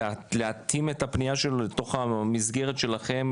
להתאים את הפנייה שלו לתוך המסגרת שלכם,